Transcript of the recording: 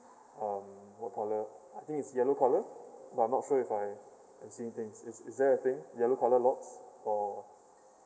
um what colour I think is yellow colour but I'm not sure if I I'm seeing things is is that a thing yellow colour lots for